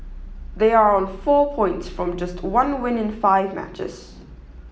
they are on four points from just one win in five matches